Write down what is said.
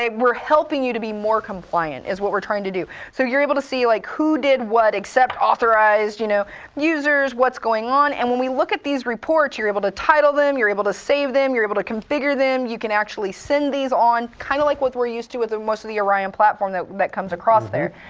we're helping you to be more compliant, is what we're trying to do. so you're able to see like who did what, except authorized you know users, what's going on? and when we look at these reports, you're able to title them, you're able to save them, you're able to configure them. you can actually send these on, kind of like what we're used to with most of the orion platform that that comes across there.